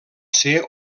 ser